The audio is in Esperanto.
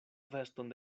veston